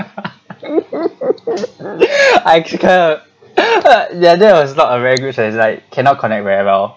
ya that that was not a regular that's like cannot connect very well